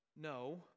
No